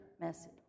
message